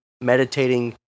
meditating